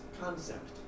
concept